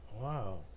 Wow